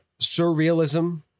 surrealism